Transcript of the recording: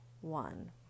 one